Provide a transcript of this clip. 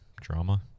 drama